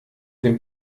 den